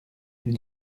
une